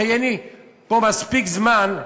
כי אין לי פה מספיק זמן.